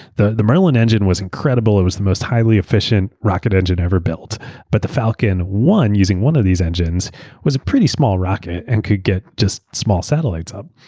the the merlin engine was incredible. it was the most highly-efficient rocket engine ever built but the falcon one using one of these engines was a pretty small rocket and could get just small satellites up.